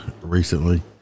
recently